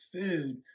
food